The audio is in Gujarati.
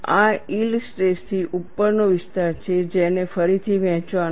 આ યીલ્ડ સ્ટ્રેસથી ઉપરનો વિસ્તાર છે જેને ફરીથી વહેંચવાનો છે